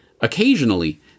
Occasionally